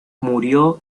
murió